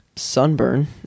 sunburn